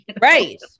Right